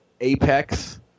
Apex